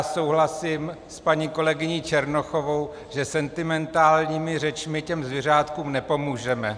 Souhlasím s paní kolegyní Černochovou, že sentimentálními řečmi těm zvířátkům nepomůžeme.